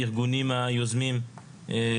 היסטוריה,